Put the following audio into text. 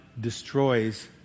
destroys